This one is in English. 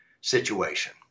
situation